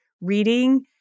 reading